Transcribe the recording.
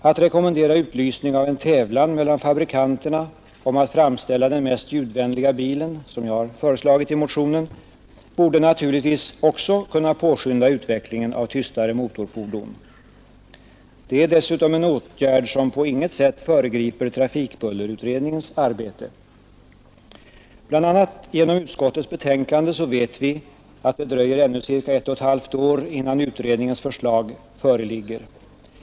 Att rekommendera utlysning av en tävlan mellan fabrikanterna om att framställa den mest ljudvänliga bilen — som jag har föreslagit i motionen — borde naturligtvis också kunna påskynda utvecklingen av tystare motorfordon. Det är dessutom en åtgärd som på intet sätt föregriper trafikbullerutredningens arbete. Bl. a. genom utskottets betänkande vet vi att det dröjer ännu cirka ett och ett halvt år innan utredningens förslag föreligger.